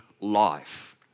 life